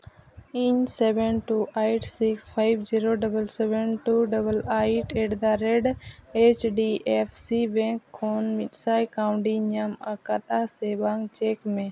ᱤᱧ seven two eight six five zero double seven two double eight at the rate H D F C bank ᱠᱷᱚᱱ ᱢᱤᱫ ᱥᱟᱭ ᱠᱟᱹᱣᱰᱤᱧ ᱧᱟᱢ ᱟᱠᱟᱫᱟ ᱥᱮ ᱵᱟᱝ ᱪᱮᱹᱠ ᱢᱮ